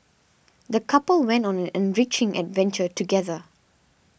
the couple went on an enriching adventure together